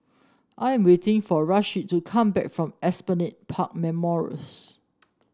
I am waiting for Rasheed to come back from Esplanade Park Memorials